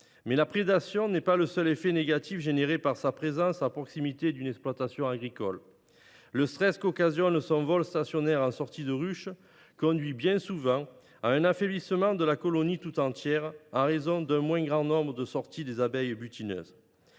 larves. La prédation n’est pas le seul effet négatif généré par sa présence à proximité d’une exploitation apicole : le stress qu’occasionne son vol stationnaire en sortie de ruche conduit bien souvent à un affaiblissement de la colonie tout entière en raison d’un moins grand nombre de sorties des abeilles butineuses.